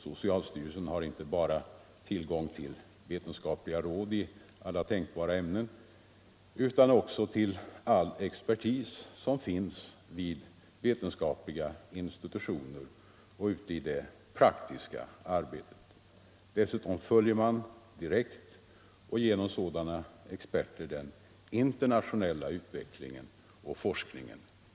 Socialstyrelsen har tillgång inte bara till vetenskapliga råd i alla tänkbara ämnen utan också till all expertis som finns hos vetenskapliga institutioner och ute i det praktiska arbetet. Dessutom följer man, helt naturligt, direkt och genom sådana experter den internationella utvecklingen och forskningen.